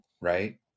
right